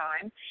time